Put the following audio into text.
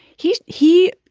he's he.